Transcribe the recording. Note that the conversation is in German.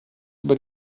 über